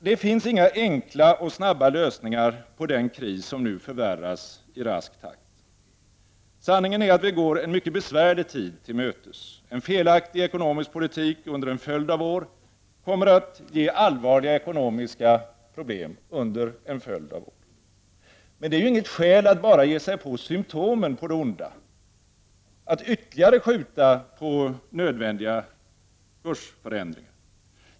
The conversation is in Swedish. Det finns inga enkla och snabba lösningar på den kris som nu förvärras i rask takt. Sanningen är att vi går en mycket besvärlig tid till mötes. En felaktig ekonomisk politik under en följd av år kommer att ge allvarliga ekonomiska problem under en följd av år. Men det är inget skäl att bara ge sig på symtomen på det onda, att ytterligare skjuta på nödvändiga kursförändringar.